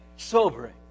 sobering